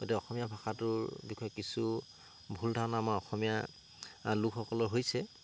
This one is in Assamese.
গতিকে অসমীয়া ভাষাটোৰ বিষয়ে কিছু ভুল ধাৰণা আমাৰ অসমীয়া লোকসকলৰ হৈছে